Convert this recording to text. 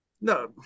no